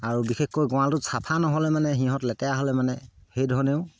আৰু বিশেষকৈ গঁৰালটোত চাফা নহ'লে মানে সিহঁত লেতেৰা হ'লে মানে সেইধৰণেও